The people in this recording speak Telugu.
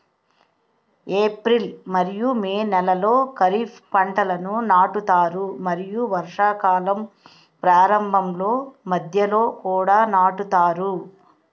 ఏప్రిల్ మరియు మే నెలలో ఖరీఫ్ పంటలను నాటుతారు మరియు వర్షాకాలం ప్రారంభంలో మధ్యలో కూడా నాటుతారు